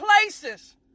places